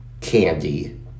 candy